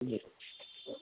جی